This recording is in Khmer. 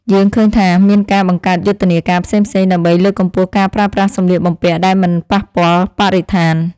យើងឃើញថាមានការបង្កើតយុទ្ធនាការផ្សេងៗ ដើម្បីលើកកម្ពស់ការប្រើប្រាស់សម្លៀកបំពាក់ដែលមិនប៉ះពាល់បរិស្ថាន។